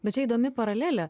bet čia įdomi paralelė